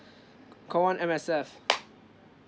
call one M_S_F